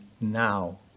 now